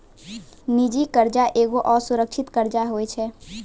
निजी कर्जा एगो असुरक्षित कर्जा होय छै